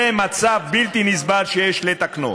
זה מצב בלתי נסבל שיש לתקנו.